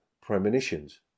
premonitions